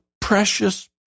precious